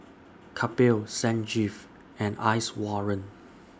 Kapil Sanjeev and Iswaran